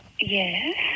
Yes